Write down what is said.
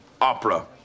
opera